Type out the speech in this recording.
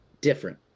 different